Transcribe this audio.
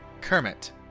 Kermit